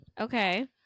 Okay